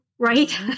Right